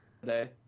today